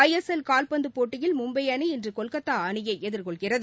ஐ S L கால்பந்து போட்டியில் மும்பை அணி இன்று கொல்கத்தா அணியை எதிர்கொள்கிறது